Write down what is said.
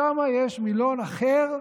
שם יש מילון אחר,